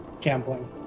gambling